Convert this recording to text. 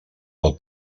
pel